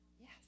Yes